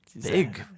big